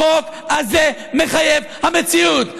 החוק הזה מחויב המציאות.